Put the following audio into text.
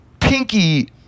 pinky